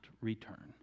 return